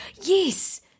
Yes